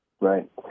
right